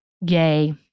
Yay